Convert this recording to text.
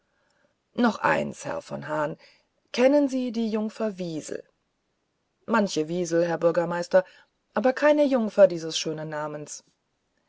noch eins herr von hahn kennen sie die jungfer wiesel manche wiesel herr bürgermeister aber keine jungfer dieses schönen namens